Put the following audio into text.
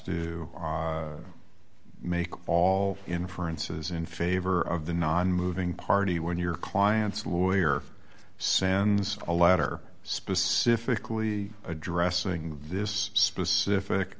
to make all inferences in favor of the nonmoving party when your client's lawyer sends a letter specifically addressing this specific